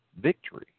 victory